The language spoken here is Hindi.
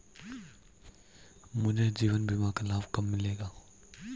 मुझे जीवन बीमा का लाभ कब मिलेगा?